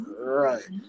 Right